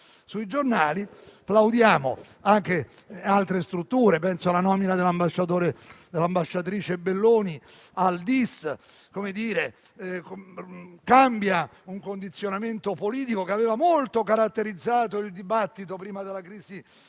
Plaudiamo ai cambiamenti anche in altre strutture; penso alla nomina dell'ambasciatrice Belloni al DIS; cambia un condizionamento politico che aveva molto caratterizzato il dibattito prima della crisi